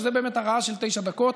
שזה באמת הרעה של תשע דקות,